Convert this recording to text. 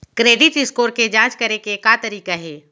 Credit score के जाँच करे के का तरीका हे?